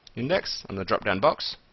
index on the drop down box.